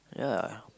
ya